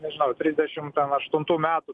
nežinau trisdešim ten aštuntų metų